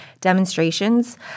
demonstrations